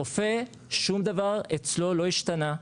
הרופא, שום דבר אצלו לא השתנה.